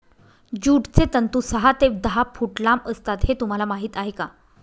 ज्यूटचे तंतू सहा ते दहा फूट लांब असतात हे तुम्हाला माहीत आहे का